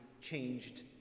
changed